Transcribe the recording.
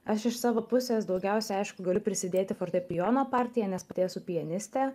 aš iš savo pusės daugiausia aišku ir prisidėti fortepijono partija nes pati esu pianistė